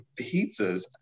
pizzas